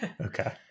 Okay